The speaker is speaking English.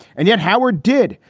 and yet howard did.